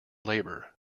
labour